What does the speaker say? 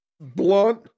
blunt